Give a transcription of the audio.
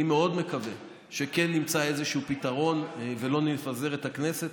אני מאוד מקווה שכן נמצא איזשהו פתרון ולא נפזר את הכנסת,